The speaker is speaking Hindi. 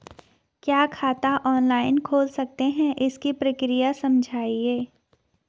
क्या खाता ऑनलाइन खोल सकते हैं इसकी प्रक्रिया समझाइए?